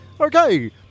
okay